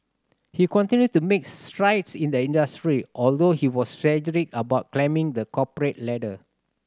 he continued to make strides in the industry although he was strategic about climbing the corporate ladder